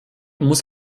muss